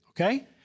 okay